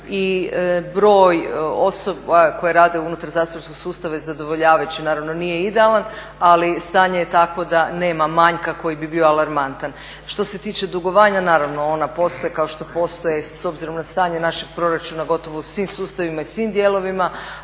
i broj osoba koje rade unutar zatvorskog sustava je zadovoljavajući, naravno nije idealan, ali stanje je takvo da nema manjka koji bi bio alarmantan. Što se tiče dugovanja, naravno ona postoje kao što postoje s obzirom na stanje našeg proračuna gotovo u svim sustavima i svim dijelovima,